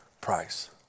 price